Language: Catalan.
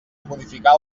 modificar